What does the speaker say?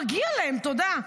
מגיעה להם תודה.